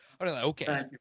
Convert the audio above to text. Okay